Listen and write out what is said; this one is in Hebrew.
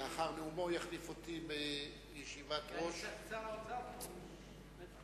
חברי הכנסת, אין ספק שאנחנו מתמודדים היום